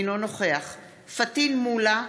אינו נוכח פטין מולא,